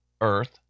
earth